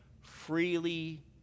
freely